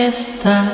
Esta